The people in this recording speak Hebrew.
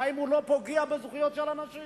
האם הוא לא פוגע בזכויות של אנשים